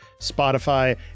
Spotify